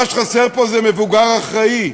מה שחסר פה זה מבוגר אחראי.